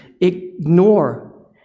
ignore